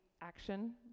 action